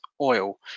oil